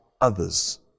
others